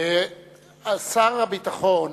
שר הביטחון,